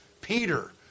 Peter